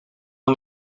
een